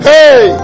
Hey